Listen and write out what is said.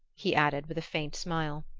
he added with a faint smile.